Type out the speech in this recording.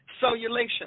cellulation